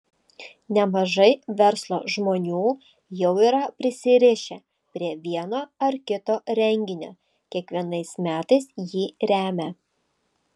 nemažai verslo žmonių jau yra prisirišę prie vieno ar kito renginio kiekvienais metais jį remią